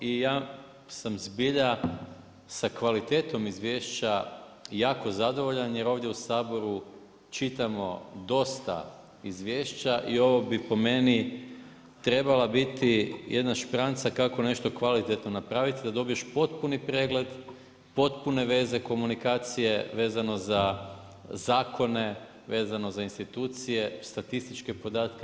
I ja sam zbilja sa kvalitetnom izvješća jako zadovoljan, jer ovdje u Saboru čitamo dosta izvješća i ovo bi po meni trebala biti jedna špranca kako nešto kvalitetno napraviti, da dobiš potpuni pregled, potpune veze, komunikacije, vezano za zakone, vezano za institucije, statističke podatke.